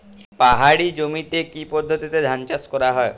পাহাড়ী জমিতে কি পদ্ধতিতে ধান চাষ করা যায়?